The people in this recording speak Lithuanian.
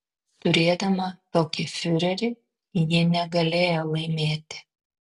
turėdama tokį fiurerį ji negalėjo laimėti